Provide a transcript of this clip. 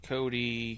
Cody